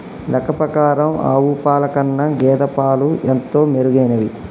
లెక్క ప్రకారం ఆవు పాల కన్నా గేదె పాలు ఎంతో మెరుగైనవి